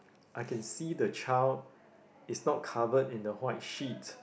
I can see the child is not covered in the white sheet